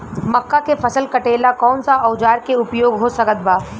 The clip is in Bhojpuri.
मक्का के फसल कटेला कौन सा औजार के उपयोग हो सकत बा?